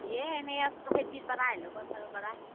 এই এনেই আছোঁ খেতিৰপৰা আহিলোঁ পথাৰৰপৰা